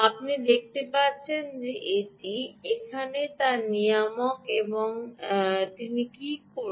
আপনি দেখতে পাচ্ছেন যে এটিই এখানে তার নিয়ামক এবং তিনি কী করবেন